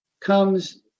comes